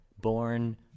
born